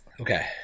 Okay